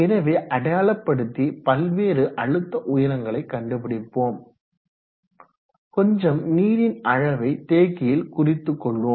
எனவே அடையாளப்படுத்தி பல்வேறு அழுத்த உயரங்களை கண்டுபிடிப்போம் கொஞ்சம் நீரின் அளவை தேக்கியில் குறித்து கொள்வோம்